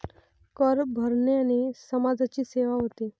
कर भरण्याने समाजाची सेवा होते